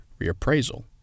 reappraisal